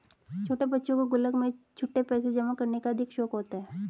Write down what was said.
छोटे बच्चों को गुल्लक में छुट्टे पैसे जमा करने का अधिक शौक होता है